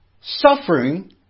suffering